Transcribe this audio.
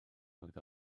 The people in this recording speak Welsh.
mlwydd